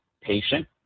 patient